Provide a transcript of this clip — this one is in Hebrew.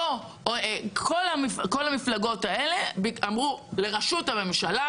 כל המפלגות האלה אמרו: לראשות הממשלה,